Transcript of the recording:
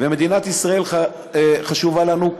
ומדינת ישראל חשובה לנו.